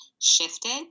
shifted